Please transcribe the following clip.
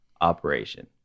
operation